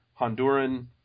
Honduran